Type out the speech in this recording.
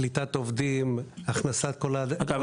קליטת עובדים --- אגב,